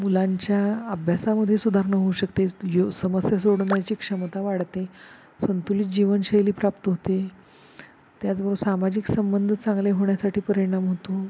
मुलांच्या अभ्यासामध्ये सुधारणा होऊ शकते यु समस्या सोडवण्याची क्षमता वाढते संतुलित जीवनशैली प्राप्त होते त्याचबरोबर सामाजिक संबंध चांगले होण्यासाठी परिणाम होतो